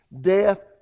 death